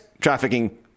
trafficking